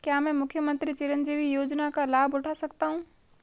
क्या मैं मुख्यमंत्री चिरंजीवी योजना का लाभ उठा सकता हूं?